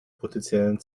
potenziellen